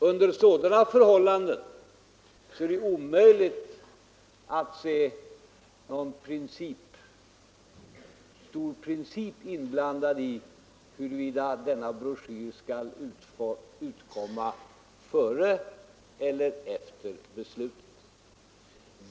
Under sådana förhållanden kan jag omöjligen finna att det skulle utgöra en principfråga huruvida denna broschyr utkommer före eller efter beslutet här i riksdagen.